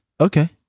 Okay